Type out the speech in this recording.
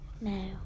No